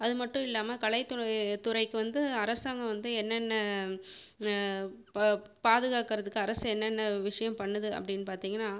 அது மட்டும் இல்லாமல் கலைத்துறை துறைக்கு வந்து அரசாங்கம் வந்து என்னென்ன ப பாதுகாக்கிறதுக்கு அரசு என்னென்ன விஷயம் பண்ணுது அப்படின்னு பார்த்தீங்கன்னா